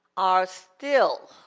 are still